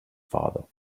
father